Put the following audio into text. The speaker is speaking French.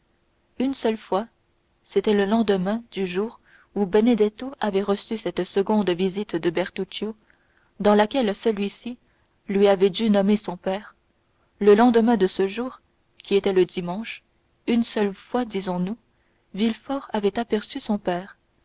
une seule fois c'était le lendemain du jour où benedetto avait reçu cette seconde visite de bertuccio dans laquelle celui-ci lui avait dû nommer son père le lendemain de ce jour qui était le dimanche une seule fois disons-nous villefort avait aperçu son père